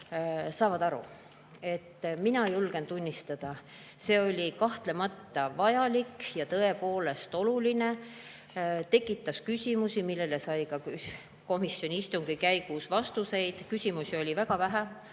aru saaksid. Mina julgen tunnistada, et see oli kahtlemata vajalik ja tõepoolest oluline [arutelu], tekitas küsimusi, millele sai ka komisjoni istungi käigus vastuseid. Küsimusi oli väga vähe,